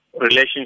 relationship